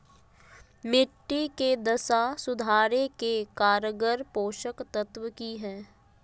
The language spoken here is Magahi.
मिट्टी के दशा सुधारे के कारगर पोषक तत्व की है?